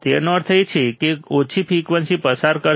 તેનો અર્થ એ કે તે ઓછી ફ્રિકવન્સી પસાર કરશે